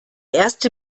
erste